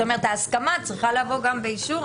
זאת אומרת ההסכמה צריכה לבוא גם באישור,